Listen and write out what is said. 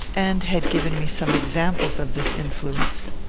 and had given me some examples of this influence.